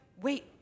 wait